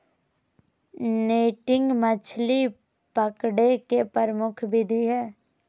netting मछली पकडे के प्रमुख विधि हइ